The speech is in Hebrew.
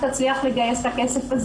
אנחנו צריכים לקחת את הדברים מההמלצה,